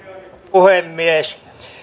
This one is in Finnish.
puhemies